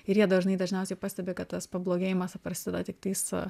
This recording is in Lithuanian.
ir jie dažnai dažniausiai pastebi kad tas pablogėjimas prasideda tiktais